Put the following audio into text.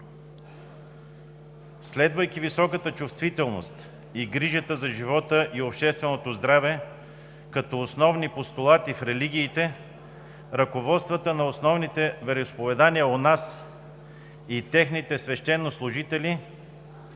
Следвайки високата чувствителност и грижата за живота и общественото здраве като основни постулати в религиите, ръководствата на основните вероизповедания у нас и техните свещенослужители